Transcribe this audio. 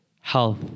health